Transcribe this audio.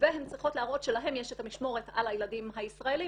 והן צריכות להראות שלהן יש את המשמורת על הילדים הישראלים,